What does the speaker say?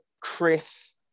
chris